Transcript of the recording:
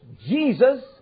Jesus